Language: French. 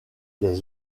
des